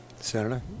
Senator